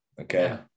Okay